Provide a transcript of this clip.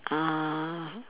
uh